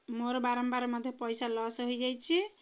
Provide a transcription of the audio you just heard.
ମୋର ବାରମ୍ବାର ମଧ୍ୟ ପଇସା ଲସ୍ ହୋଇଯାଇଛି